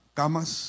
camas